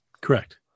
correct